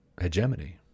hegemony